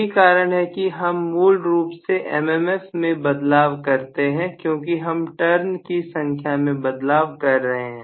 यही कारण है कि हम मूल रूप से MMF मैं बदलाव करते हैं क्योंकि हम टर्न की संख्या में बदलाव कर रहे हैं